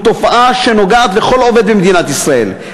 תופעה שנוגעת לכל עובד במדינת ישראל,